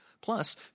Plus